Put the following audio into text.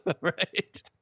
right